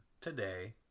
today